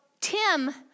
Tim